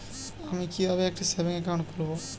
আমি কিভাবে একটি সেভিংস অ্যাকাউন্ট খুলব?